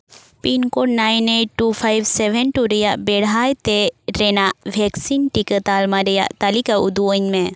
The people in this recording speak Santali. pincode nine eight two five seven two ᱨᱮᱭᱟᱜ ᱵᱮᱲᱦᱟᱭ ᱛᱮ ᱨᱮᱱᱟᱜ ᱵᱷᱮᱠᱥᱤᱱ ᱴᱤᱠᱟᱹ ᱛᱟᱞᱢᱟ ᱠᱚ ᱨᱮᱭᱟᱜ ᱛᱟᱹᱞᱤᱠᱟ ᱩᱫᱩᱜ ᱟᱹᱧ ᱢᱮ